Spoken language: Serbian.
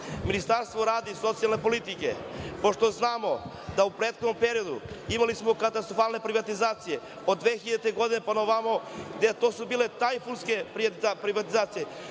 Ministarstvo rada i socijalne politike, pošto znamo da u prethodnom periodu smo imali katastrofalne privatizacije, od 2000. godine, pa na ovamo to su bile tajkunske privatizacije